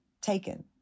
taken